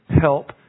help